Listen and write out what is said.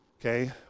Okay